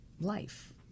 life